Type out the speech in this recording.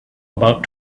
about